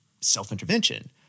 self-intervention